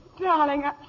darling